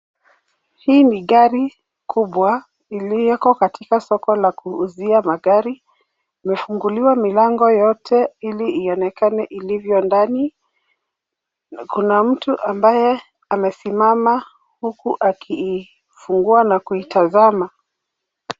Hii ni gari kubwa ilioko katika soko la kuuzia magari. Imefunguliwa milango yote ili ionekane ilivyo ndani. Kuna mtu ambaye amesimama huku akiifungua na kuitazama.